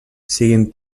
siguin